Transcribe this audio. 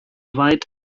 weit